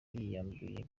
yiyambuye